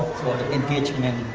for the engagement?